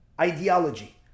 ideology